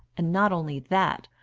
and not only that,